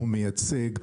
הוא מייצג,